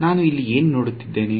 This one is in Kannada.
ನಾನು ಇಲ್ಲಿ ಏನು ನೋಡುತ್ತಿದ್ದೇನೆ